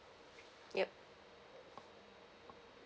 yup